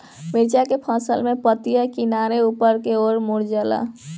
मिरचा के फसल में पतिया किनारे ऊपर के ओर मुड़ जाला?